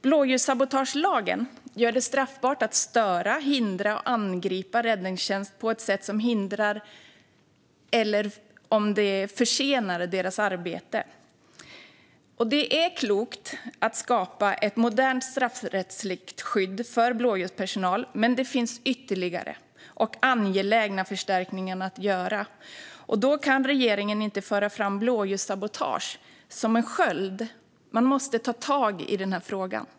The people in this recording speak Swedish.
Blåljussabotagelagen gör det straffbart att störa, hindra eller angripa räddningstjänst på ett sätt som hindrar eller försenar dess arbete. Det är klokt att skapa ett modernt straffrättsligt skydd för blåljuspersonal. Men det finns ytterligare och angelägna förstärkningar att göra, och då kan regeringen inte föra fram blåljussabotage som en sköld. Man måste ta tag i frågan.